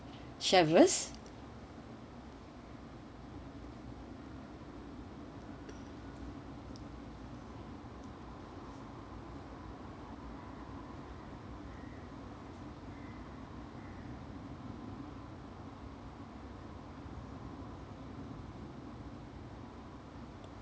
share with us